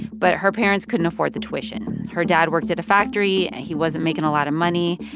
but her parents couldn't afford the tuition. her dad worked at a factory, and he wasn't making a lot of money.